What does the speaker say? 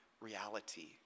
reality